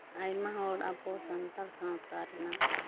ᱟᱭᱢᱟ ᱦᱚᱲ ᱟᱵᱚ ᱥᱟᱱᱛᱟᱲ ᱥᱟᱶᱛᱟ ᱨᱮᱱᱟᱜ